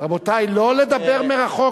לא לדבר מרחוק.